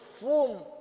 form